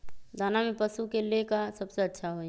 दाना में पशु के ले का सबसे अच्छा होई?